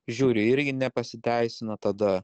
žiūriu irgi nepasiteisino tada